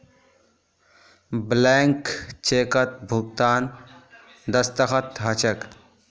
blank चेकत भुगतानकर्तार दस्तख्त ह छेक